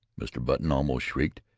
mr. button almost shrieked.